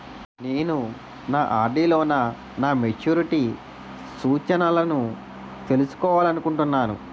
నేను నా ఆర్.డి లో నా మెచ్యూరిటీ సూచనలను తెలుసుకోవాలనుకుంటున్నాను